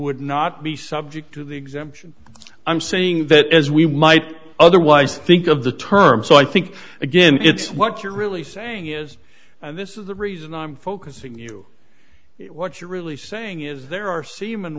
would not be subject to the exemption i'm saying that as we might otherwise think of the term so i think again what you're really saying is this is the reason i'm focusing you what you're really saying is there are s